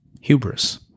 hubris